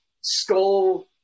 skull